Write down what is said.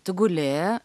tu guli